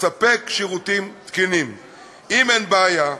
אם אין בעיה,